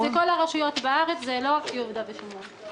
הרשויות בארץ, לא רק יהודה ושומרון.